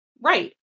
Right